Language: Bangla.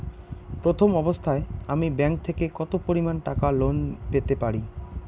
প্রথম অবস্থায় আমি ব্যাংক থেকে কত পরিমান টাকা লোন পেতে পারি?